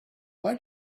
why